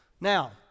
Now